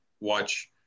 watch